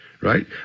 right